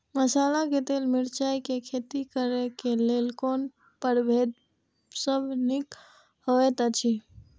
मसाला के लेल मिरचाई के खेती करे क लेल कोन परभेद सब निक होयत अछि?